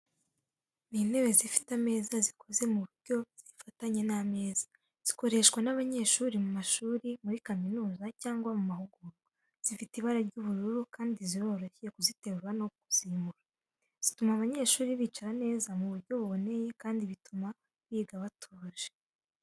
Ni intebe zifite ameza zikoze mu buryo zifatanye n’ameza, zikoreshwa n’abanyeshuri mu mashuri, muri za kaminuza, cyangwa mu mahugurwa. Zifite ibara ry’ubururu, kandi ziroroshye kuziterura no kuzimura, zituma abanyeshuri bicara neza mu buryo buboneye kandi butuma biga batuje.